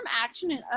action